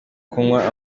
kunywa